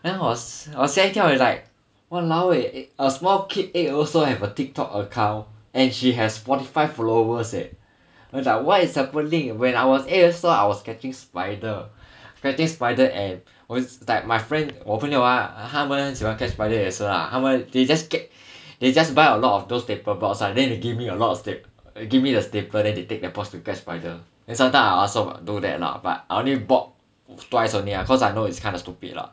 then 我吓一跳 eh like !walao! eh a small kid eight also have a TikTok account and she has forty five followers eh I was like what is happening when I was eight years old I was catching spider catching spider and 我 is like my friend 我朋友啊他们很喜欢 catch spider 也是 ah they just catch they just buy a lot of those paper box right then they give me a lot of stap~ give me the stapler then they take the box to catch spider then sometime I also do that lah but I only bought twice only lah cause I know it's kinda stupid lah